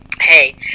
hey